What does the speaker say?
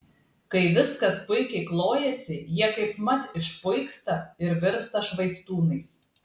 kai viskas puikiai klojasi jie kaipmat išpuiksta ir virsta švaistūnais